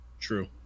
true